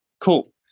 cool